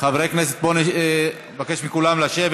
חברי הכנסת, בואו, אני אבקש מכולם לשבת.